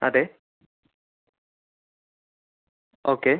അതെ ഓക്കെ